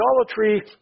Idolatry